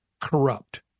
corrupt